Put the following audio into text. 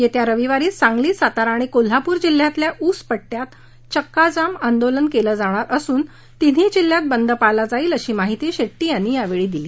येत्या रविवारी सांगली सातारा आणि कोल्हापूर जिल्ह्यातल्या ऊस पट्ट्यात चक्का जाम आंदोलन केलं जाणार असून तिन्ही जिल्ह्यात बंद पाळला जाईल अशी माहिती शेट्टी यांनी यावेळी दिली